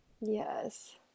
Yes